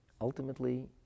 ultimately